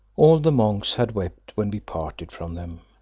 all the monks had wept when we parted from them,